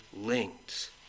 linked